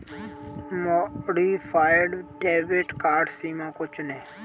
modified debit card सीमा को चुनें